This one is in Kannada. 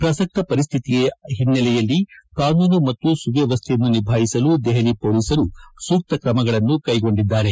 ಪ್ರಸಕ್ತ ಪರಿಸ್ಥಿತಿಯ ಹಿನ್ನೆಲೆಯಲ್ಲಿ ಕಾನೂನು ಮತ್ತು ಸುವ್ಯವಸ್ಥೆಯನ್ನು ನಿಭಾಯಿಸಲು ದೆಹಲಿ ಪೊಲೀಸರು ಸೂಕ್ತ ಕ್ರಮಗಳನ್ನು ಕೈಗೊಂಡಿದ್ದಾರೆ